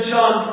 John